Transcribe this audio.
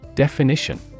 Definition